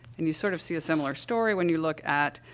and you sort of see a similar story when you look at,